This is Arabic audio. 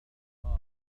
فراغي